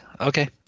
Okay